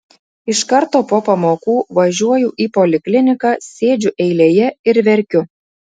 iš karto po pamokų važiuoju į polikliniką sėdžiu eilėje ir verkiu